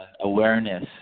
awareness